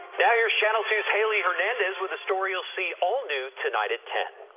now here's channel two's haley hernandez with a story you'll see all-new tonight at ten.